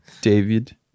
David